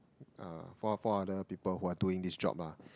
uh four four other people who are doing this job lah